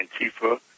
Antifa